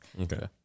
Okay